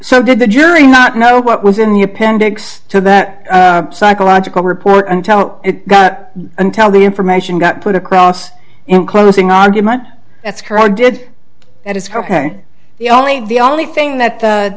so did the jury not know what was in the appendix to that psychological report until it got until the information got put across in closing argument that's corroded it is the only the only thing that